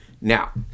Now